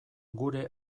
gure